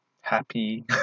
happy